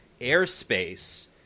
airspace